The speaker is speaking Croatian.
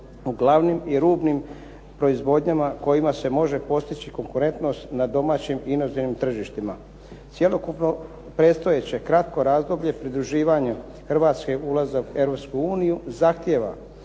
u glavnim i rubnim proizvodnjama kojima se može postići konkurentnost na domaćim i inozemnim tržištima. Cjelokupno predstojeće kratko razdoblje pridruživanja Hrvatske ulazak u Europsku